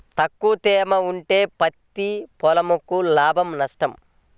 తక్కువ తేమ ఉంటే పత్తి పొలంకు లాభమా? నష్టమా?